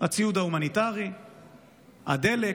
הציוד ההומניטרי, הדלק.